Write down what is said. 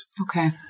Okay